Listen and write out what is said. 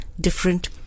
different